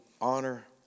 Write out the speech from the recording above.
honor